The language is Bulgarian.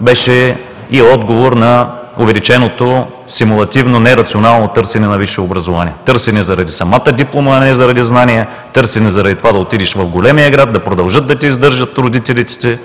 беше и отговор на увеличеното симулативно нерационално търсене на висше образование – търсене заради самата диплома, а не заради знания, търсене заради това да отидеш в големия град, да продължат да те издържат родителите